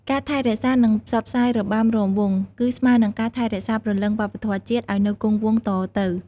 ការថែរក្សា និងផ្សព្វផ្សាយរបាំរាំវង់ គឺស្មើនឹងការថែរក្សាព្រលឹងវប្បធម៌ជាតិឲ្យនៅគង់វង្សតទៅ។